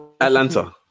Atlanta